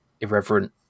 irreverent